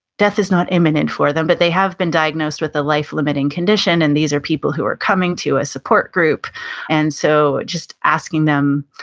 death is not imminent for them, but they have been diagnosed with a life limiting condition and these are people who are coming to a support group and so just asking them,